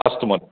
अस्तु म